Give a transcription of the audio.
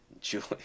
Julie